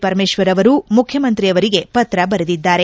ಪರಮೇಶ್ವರ್ ಅವರು ಮುಖ್ಯಮಂತ್ರಿಗೆ ಪತ್ರ ಬರೆದಿದ್ದಾರೆ